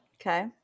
Okay